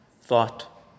thought